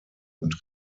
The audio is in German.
und